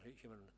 human